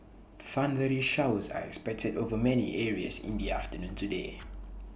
thundery showers are expected over many areas in the afternoon today